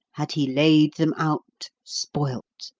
had he laid them out, spoilt,